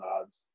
odds